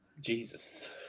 Jesus